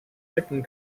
chicken